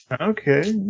Okay